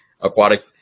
aquatic